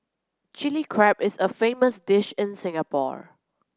Chilli Crab is a famous dish in Singapore